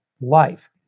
life